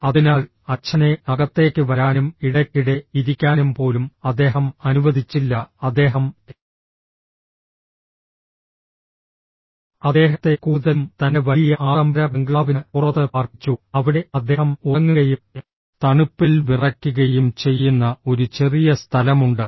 അതിനാൽ അച്ഛനെ അകത്തേക്ക് വരാനും ഇടയ്ക്കിടെ ഇരിക്കാനും പോലും അദ്ദേഹം അനുവദിച്ചില്ല അദ്ദേഹം അദ്ദേഹത്തെ കൂടുതലും തന്റെ വലിയ ആഡംബര ബംഗ്ലാവിന് പുറത്ത് പാർപ്പിച്ചു അവിടെ അദ്ദേഹം ഉറങ്ങുകയും തണുപ്പിൽ വിറയ്ക്കുകയും ചെയ്യുന്ന ഒരു ചെറിയ സ്ഥലമുണ്ട്